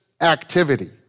activity